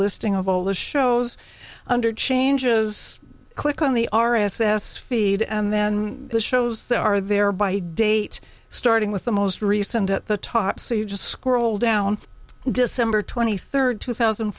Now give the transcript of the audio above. listing of all the shows under changes click on the r s s feed and then the shows that are there by date starting with the most recent at the top so you just scroll down december twenty third two thousand